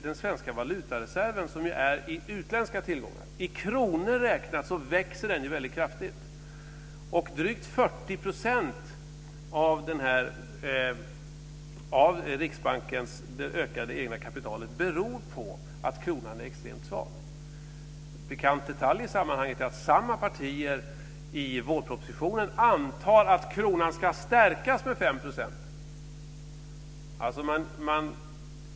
Den svenska valutareserven som är i utländska tillgångar växer väldigt kraftigt i kronor räknat. Drygt 40 % av Riksbankens ökade egna kapital beror på att kronan är extremt svag. En pikant detalj i sammanhanget är att samma partier i vårpropositionen antar att kronan ska stärkas med 5 %.